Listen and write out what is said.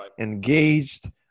engaged